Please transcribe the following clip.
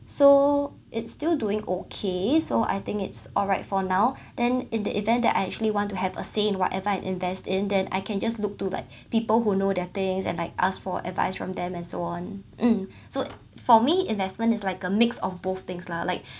so it's still doing okay so I think it's alright for now then in the event that I actually want to have a say in whatever I invest in then I can just look to like people who know their things and I asked for advice from them and so on um so for me investment is like a mix of both things lah like